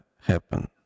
happen